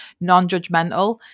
non-judgmental